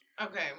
Okay